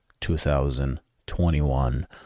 2021